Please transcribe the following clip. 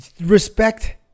respect